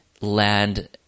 land